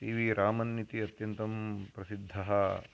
C V Raman इति अत्यन्तं प्रसिद्धः